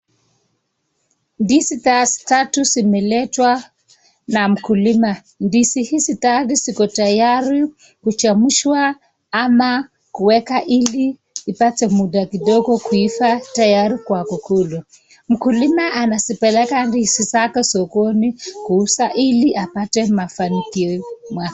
Ndizi tatu zimeletwa na mkulima. Ndizi hizi tatu ziko tayari kuchemshwa ama kuweka ili ipate muda kidogo kuiva tayari kwa kukulwa . Mkulima anazipeleka ndizi zake sokoni kuuza ili apate mafanikio